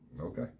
okay